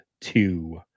two